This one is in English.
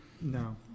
no